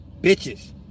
Bitches